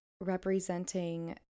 representing